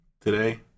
today